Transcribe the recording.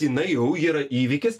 jinai jau yra įvykis